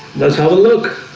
that's how i look